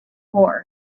war